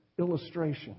illustration